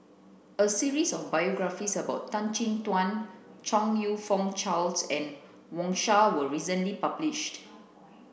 a series of biographies about Tan Chin Tuan Chong You Fook Charles and Wang Sha was recently published